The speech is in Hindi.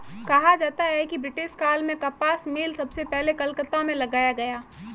कहा जाता है कि ब्रिटिश काल में कपास मिल सबसे पहले कलकत्ता में लगाया गया